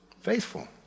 faithful